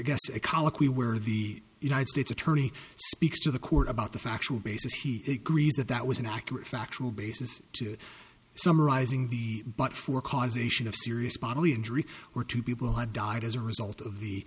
colloquy where the united states attorney speaks to the court about the factual basis he agrees that that was an accurate factual basis to summarizing the but for causation of serious bodily injury where two people have died as a result of the